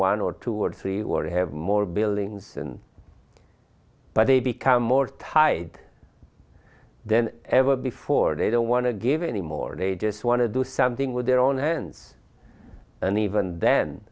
one or two or three were to have more buildings and but they become more tied then ever before they don't want to give any more they just want to do something with their own hands and even then